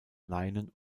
leinen